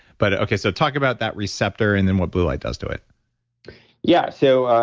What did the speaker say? but okay, so talk about that receptor and then what blue light does to it yeah. so,